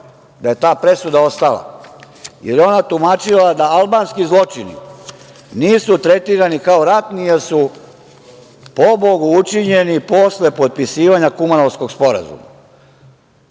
da je ta presuda ostala, jer je ona tumačila da albanski zločini nisu tretirani kao ratni, jer su pobogu učinjeni posle potpisivanja Kumanovskog sporazuma.